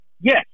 Yes